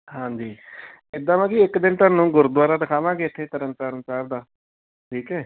ਹਾਂਜੀ ਇੱਦਾਂ ਨਾ ਕਿ ਇੱਕ ਦਿਨ ਤੁਹਾਨੂੰ ਗੁਰਦੁਆਰਾ ਦਿਖਾਵਾਂਗੇ ਇੱਥੇ ਤਰਨ ਤਾਰਨ ਸਾਹਿਬ ਦਾ ਠੀਕ ਹੈ